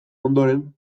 ondoren